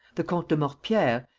the comte de mortepierre,